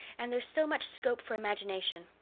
and there's so much scope for imagination.